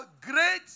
Great